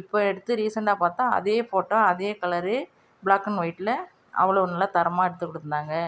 இப்போ எடுத்து ரீசண்டாக பார்த்தா அதே ஃபோட்டோ அதே கலர் ப்ளாக் அண்ட் ஒயிட்டில் அவ்வளோ நல்லா தரமாக எடுத்து கொடுத்து இருந்தாங்க